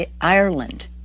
Ireland